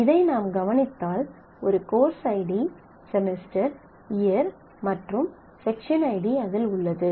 இதை நாம் கவனித்தால் ஒரு கோர்ஸ் ஐடி செமஸ்டர் இயர் மற்றும் செக்ஷன் ஐடி அதில் உள்ளது